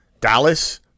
Dallas